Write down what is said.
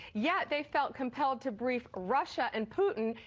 yet they felt compelled to brief russia and putin,